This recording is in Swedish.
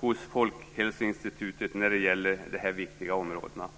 hos Folkhälsoinstitutet när det gäller detta viktiga område.